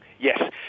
Yes